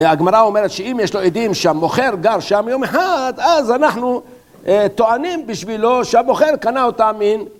הגמרא אומרת שאם יש לו עדים שהמוכר גר שם יום אחד, אז אנחנו טוענים בשבילו שהמוכר קנה אותם